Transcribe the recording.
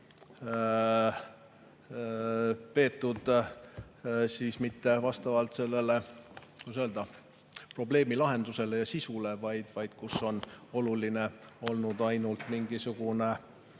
peetud mitte vastavalt sellele, kuidas öelda, probleemi lahendusele ja sisule, vaid kus on oluline olnud ainult mingisugune